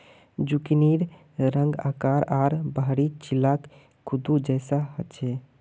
जुकिनीर रंग, आकार आर बाहरी छिलका कद्दू जैसा ह छे